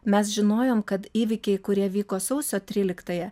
mes žinojom kad įvykiai kurie vyko sausio tryliktąją